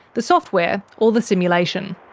the software or the simulation.